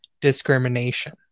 discrimination